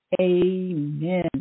Amen